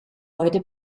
heute